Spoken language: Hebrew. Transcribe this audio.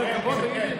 זה הכבוד, תגיד לי?